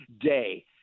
day